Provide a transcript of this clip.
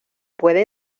puede